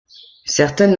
certaines